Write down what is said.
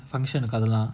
function or colour lah